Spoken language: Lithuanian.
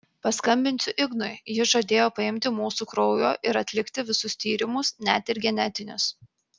paskambinsiu ignui jis žadėjo paimti mūsų kraujo ir atlikti visus tyrimus net ir genetinius